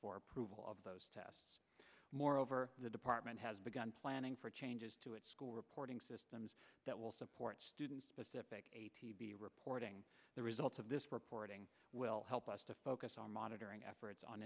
for approval of those tests moreover the department has begun planning for changes to its school reporting systems that will support students specific a t b reporting the results of this reporting will help us to focus on monitoring efforts